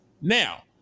Now